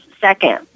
second